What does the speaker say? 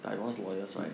taiwan's lawyers [one]